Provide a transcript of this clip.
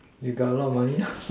you got a lot of money